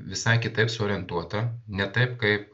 visai kitaip suorientuotą ne taip kaip